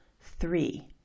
Three